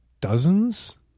dozens